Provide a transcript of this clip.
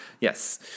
yes